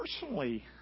personally